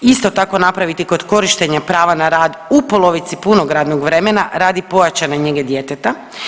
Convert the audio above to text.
Isto tako napraviti kod korištenja prava na rad u polovici punog radnog vremena radi pojačane njege djeteta.